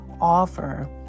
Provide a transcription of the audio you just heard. offer